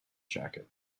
jacket